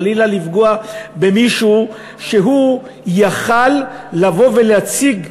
חלילה לפגוע במישהו שיכול היה לבוא ולהציג,